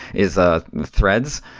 is the threads,